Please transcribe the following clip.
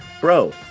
bro